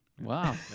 Wow